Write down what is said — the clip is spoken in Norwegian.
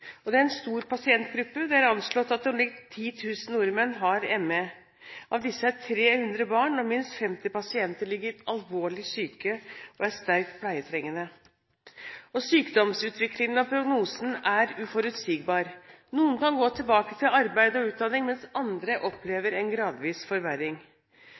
styrende. Det er en stor pasientgruppe; det er anslått at om lag 10 000 nordmenn har ME. Av disse er 300 barn, og minst 50 pasienter ligger alvorlig syke og er sterkt pleietrengende. Sykdomsutviklingen og prognosen er uforutsigbar. Noen kan gå tilbake til arbeid og utdanning, mens andre opplever en gradvis forverring.